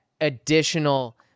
additional